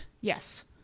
Yes